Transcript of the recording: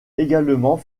également